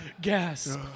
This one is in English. gas